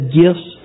gifts